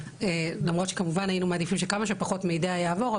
למרות שכמובן היינו מעדיפים שכמה שפחות מידע יעבור,